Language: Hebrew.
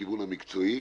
בכיוון המקצועי.